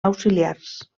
auxiliars